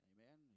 Amen